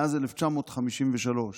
מאז 1953,